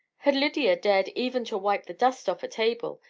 had lydia dared even to wipe the dust off a table,